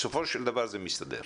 בסופו של דבר זה מסתדר.